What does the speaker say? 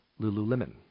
Lululemon